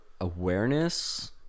awareness